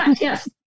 Yes